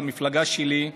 למפלגה שלי,